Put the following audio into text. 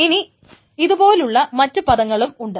ഇനി ഇതുപോലുള്ള മറ്റ് പദങ്ങളും ഉണ്ട്